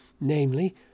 Namely